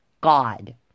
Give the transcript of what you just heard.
God